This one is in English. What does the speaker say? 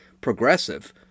progressive